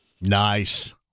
Nice